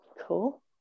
cool